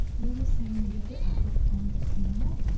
do the same with the upper front panel